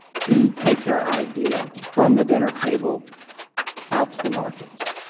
to take their idea from the dinner table out to the markets.